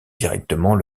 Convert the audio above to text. directement